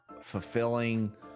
fulfilling